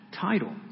title